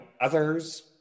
others